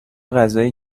غذای